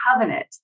covenant